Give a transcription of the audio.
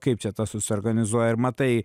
kaip čia tas susiorganizuoja ir matai